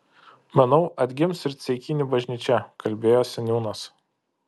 manau atgims ir ceikinių bažnyčia kalbėjo seniūnas